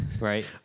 right